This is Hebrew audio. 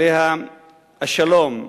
עליה השלום.